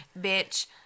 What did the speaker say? Bitch